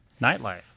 Nightlife